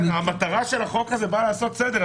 המטרה של החוק הזה באה לעשות סדר.